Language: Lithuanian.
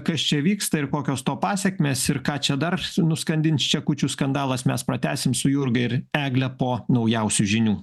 kas čia vyksta ir kokios to pasekmės ir ką čia dar nuskandins čekučių skandalas mes pratęsim su jurga ir egle po naujausių žinių